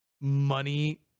money